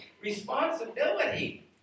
responsibility